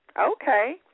Okay